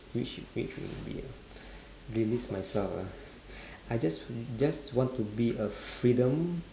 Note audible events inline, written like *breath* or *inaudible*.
which which will it be *breath* release myself ah *breath* I just just want to be a freedom